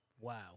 Wow